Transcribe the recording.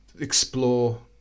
explore